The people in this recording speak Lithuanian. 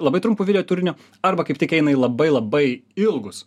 labai trumpu video turiniu arba kaip tik eina į labai labai ilgus